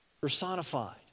personified